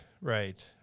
right